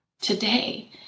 today